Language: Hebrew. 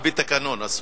על-פי תקנון, אסור.